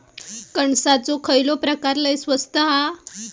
कणसाचो खयलो प्रकार लय स्वस्त हा?